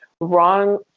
wrong